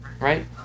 right